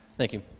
thank you.